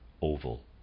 oval